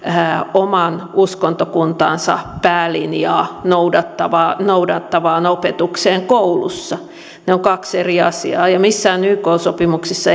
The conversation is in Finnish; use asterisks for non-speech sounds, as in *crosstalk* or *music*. oman uskontokuntansa päälinjaa noudattavaan noudattavaan opetukseen koulussa ne ovat kaksi eri asiaa ja missään yk sopimuksissa *unintelligible*